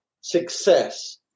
success